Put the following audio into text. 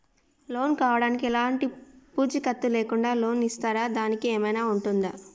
Loan కావడానికి ఎలాంటి పూచీకత్తు లేకుండా లోన్ ఇస్తారా దానికి ఏమైనా ఉంటుందా?